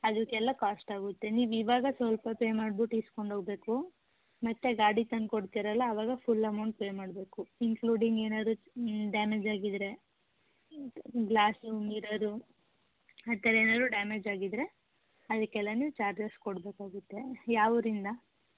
ಅದಕ್ಕೆಲ್ಲ ಕಾಸ್ಟ್ ಆಗುತ್ತೆ ನೀವು ಇವಾಗ ಸ್ವಲ್ಪ ಪೇ ಮಾಡ್ಬಿಟ್ ಇಸ್ಕೊಂಡು ಹೋಗ್ಬೇಕು ಮತ್ತು ಗಾಡಿ ತಂದು ಕೊಡ್ತಿರಲ್ಲ ಅವಾಗ ಫುಲ್ ಅಮೌಂಟ್ ಪೇ ಮಾಡಬೇಕು ಇಂಕ್ಲೂಡಿಂಗ್ ಏನಾದರು ಡ್ಯಾಮೇಜ್ ಆಗಿದ್ದರೆ ಗ್ಲಾಸು ಮಿರರು ಆ ಥರ ಏನಾದ್ರು ಡ್ಯಾಮೇಜ್ ಆಗಿದ್ದರೆ ಅದಕ್ಕೆಲ್ಲಾ ಚಾರ್ಜಸ್ ಕೊಡಬೇಕಾಗುತ್ತೆ ಯಾವ ಊರಿಂದ